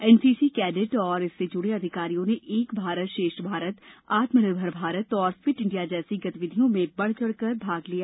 NCC cadet और इससे जुड़े अधिकारियों ने एक भारत श्रेष्ठ भारत आत्मानिर्भर भारत और फिट इंडिया जैसी गतिविधियों में बढ़ चढ़ कर भाग लिया